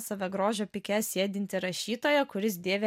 save grožio pike sėdintį rašytoją kuris dėvi